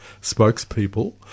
spokespeople